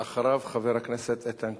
ואחריו, חבר הכנסת איתן כבל.